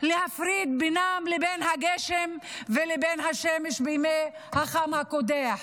להפריד בינם לבין הגשם והשמש בימי החום הקודח.